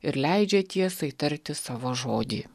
ir leidžia tiesai tarti savo žodį